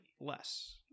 less